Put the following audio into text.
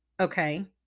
Okay